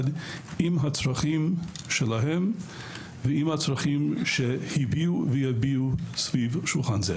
עם הצרכים שלהם ועם הצרכים שהביעו ויביעו סביב שולחן זה.